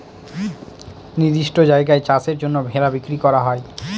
নির্দিষ্ট জায়গায় চাষের জন্য ভেড়া বিক্রি করা হয়